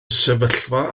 sefyllfa